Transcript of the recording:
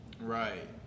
Right